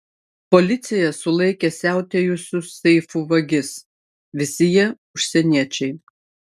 policija sulaikė siautėjusius seifų vagis visi jie užsieniečiai